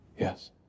Yes